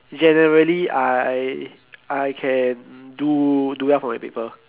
generally I I can do do well for my paper